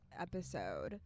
episode